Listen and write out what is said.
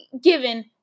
given